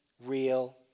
Real